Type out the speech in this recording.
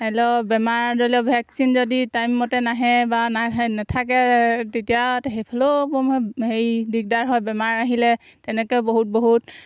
বেমাৰ ধৰি লওক ভেকচিন যদি টাইম মতে নাহে বা নাই নাথাকে তেতিয়া সেইফালেও হেৰি দিগদাৰ হয় বেমাৰ আহিলে তেনেকৈ বহুত বহুত